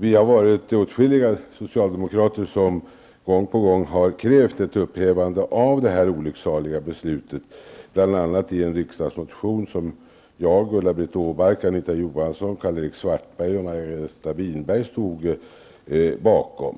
Vi är åtskilliga socialdemokrater som gång på gång har krävt ett upphävande av det här olycksaliga beslutet, bl.a. i en riksdagsmotion som jag, Ulla-Britt Åbark, Margareta Winberg står bakom.